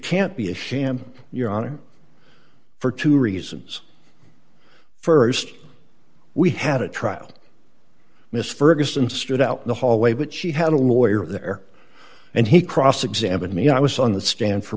can't be a sham your honor for two reasons st we had a trial miss ferguson stood out in the hallway but she had a lawyer there and he cross examined me i was on the stand for